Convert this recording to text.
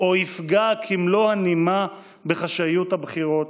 או יפגע כמלוא הנימה בחשאיות הבחירות,